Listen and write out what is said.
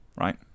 right